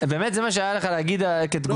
באמת זה מה שהיה לך להגיד כתגובה?